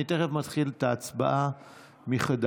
אני תכף מתחיל את ההצבעה מחדש.